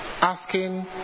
asking